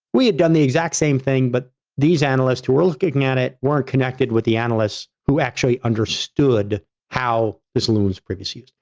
we had done the exact same thing, but these analysts who were looking at it weren't connected with the analysts who actually understood how this was previously used.